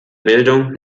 bildung